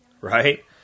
Right